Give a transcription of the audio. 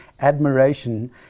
admiration